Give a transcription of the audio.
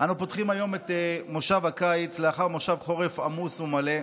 אנו פותחים היום את מושב הקיץ לאחר מושב חורף עמוס ומלא.